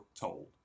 told